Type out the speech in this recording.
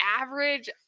average